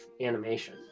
animation